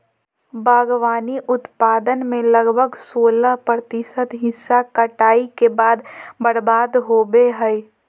बागवानी उत्पादन में लगभग सोलाह प्रतिशत हिस्सा कटाई के बाद बर्बाद होबो हइ